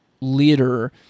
leader